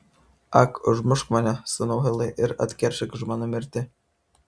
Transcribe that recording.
ak užmušk mane sūnau hilai ir atkeršyk už mano mirtį